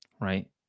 right